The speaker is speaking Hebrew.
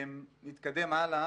נתקדם הלאה.